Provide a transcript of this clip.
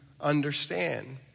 understand